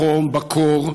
בחום, בקור,